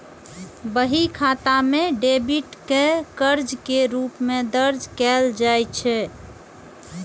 बही खाता मे डेबिट कें कर्ज के रूप मे दर्ज कैल जाइ छै